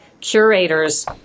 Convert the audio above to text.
curators